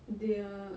they are